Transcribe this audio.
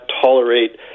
tolerate